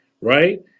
right